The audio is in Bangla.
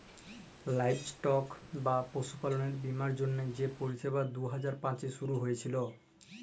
লাইভস্টক বা পশুপাললের বীমার জ্যনহে যে পরিষেবা দু হাজার পাঁচে শুরু হঁইয়েছিল